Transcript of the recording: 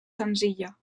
senzilla